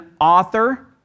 author